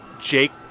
Jake